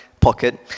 pocket